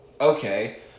okay